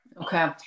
Okay